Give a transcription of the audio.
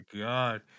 god